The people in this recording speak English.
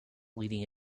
leading